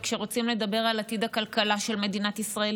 וכשרוצים לדבר על עתיד הכלכלה של מדינת ישראל,